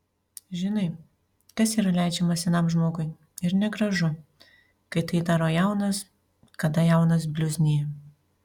žinai kas yra leidžiama senam žmogui ir negražu kai tai daro jaunas kada jaunas bliuznija